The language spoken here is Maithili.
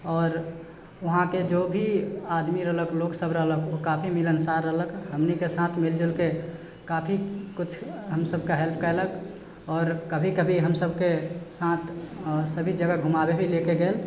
आओर वहाँके जोभी आदमी रहलक लोकसब रहलक ओ काफी मिलनसार रहलक हमनीके साथ मिल जुल के काफी किछु हमसबके हेल्प केलक आओर कभी कभी हमसबके साथ सभी जगह घुमाबे भी लेके गेल